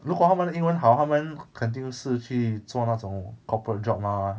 如果她们的英文好她们肯定是去做那种 corporate job mah